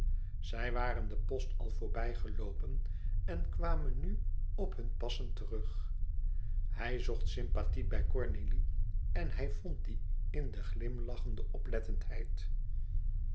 zij waren de post al voorbij geloopen en kwamen nu op hun passen terug hij zocht sympathie bij cornélie en hij vond die in de glimlachende oplettendheid